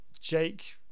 Jake